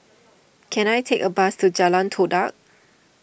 can I take a bus to Jalan Todak